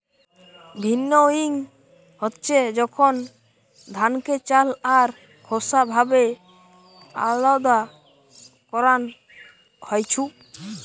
ভিন্নউইং হচ্ছে যখন ধানকে চাল আর খোসা ভাবে আলদা করান হইছু